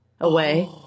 away